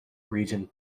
region